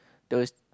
those